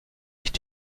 nicht